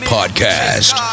Podcast